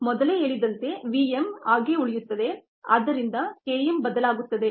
ಮೊದಲೇ ಹೇಳಿದಂತೆ v m ಹಾಗೆ ಉಳಿಯುತ್ತದೆ ಆದ್ದರಿಂದ K m ಬದಲಾಗುತ್ತದೆ